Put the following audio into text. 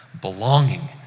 belonging